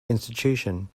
institution